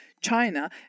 China